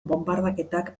bonbardaketak